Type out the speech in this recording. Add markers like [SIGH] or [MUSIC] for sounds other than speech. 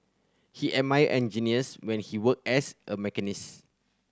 he admired engineers when he worked as a [UNINTELLIGIBLE]